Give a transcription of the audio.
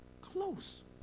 close